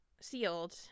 sealed